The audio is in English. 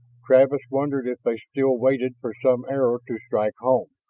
travis wondered if they still waited for some arrow to strike home,